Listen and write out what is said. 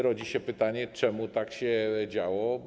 Rodzi się pytanie, czemu tak się działo.